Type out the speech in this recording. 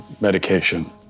medication